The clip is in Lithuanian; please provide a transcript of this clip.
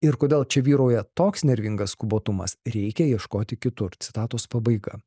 ir kodėl čia vyrauja toks nervingas skubotumas reikia ieškoti kitur citatos pabaiga